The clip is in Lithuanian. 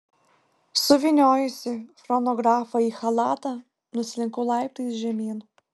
suvyniojusi chronografą į chalatą nuslinkau laiptais žemyn